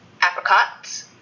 Apricots